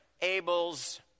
Abel's